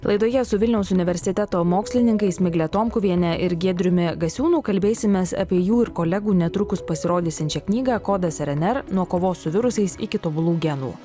laidoje su vilniaus universiteto mokslininkais migle tomkuviene ir giedriumi gasiūnu kalbėsimės apie jų ir kolegų netrukus pasirodysiančią knygą kodas rnr nuo kovos su virusais iki tobulų genų